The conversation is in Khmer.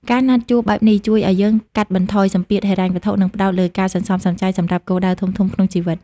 ការណាត់ជួបបែបនេះជួយឱ្យយើងកាត់បន្ថយសម្ពាធហិរញ្ញវត្ថុ និងផ្ដោតលើការសន្សំសំចៃសម្រាប់គោលដៅធំៗក្នុងជីវិត។